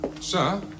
Sir